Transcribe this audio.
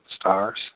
stars